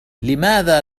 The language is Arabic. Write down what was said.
لماذا